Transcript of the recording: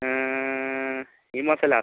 ഈ മാസം ലാസ്റ്റ്